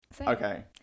Okay